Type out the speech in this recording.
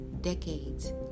decades